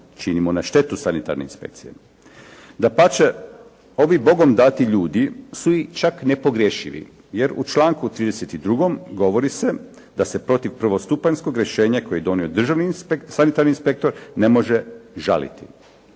činimo na štetu sanitarne inspekcije. Dapače ovim Bogom dati ljudi su i čak nepogrešivi jer u članku 32. govori se da se protiv prvostupanjskog rješenja koje je donio državni sanitarni inspektor ne može žaliti